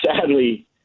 sadly